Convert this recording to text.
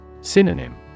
Synonym